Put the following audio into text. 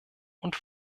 und